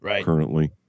currently